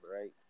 right